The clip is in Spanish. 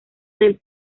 del